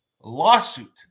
Lawsuit